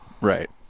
right